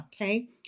Okay